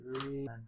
three